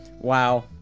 wow